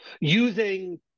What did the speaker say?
using